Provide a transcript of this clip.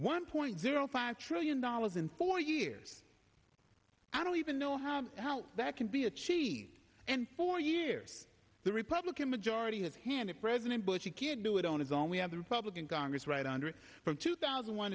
one point zero five trillion dollars in four years i don't even know how how that can be achieved in four years the republican majority have handed president bush you can't do it on his own we have the republican congress right under from two thousand one